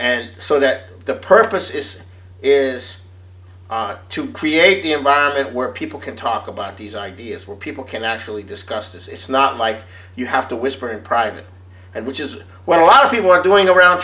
and so that the purpose is is to create the environment where people can talk about these ideas where people can actually discuss this it's not like you have to whisper in private and which is what a lot of people are doing around